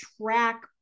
track